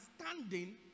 understanding